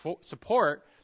support